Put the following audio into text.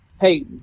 hey